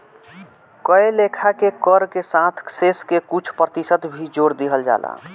कए लेखा के कर के साथ शेष के कुछ प्रतिशत भी जोर दिहल जाला